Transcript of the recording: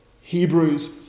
Hebrews